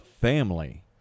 family